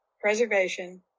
preservation